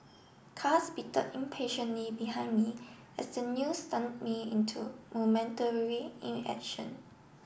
cars bitter impatiently behind me as the news stunned me into momentary inaction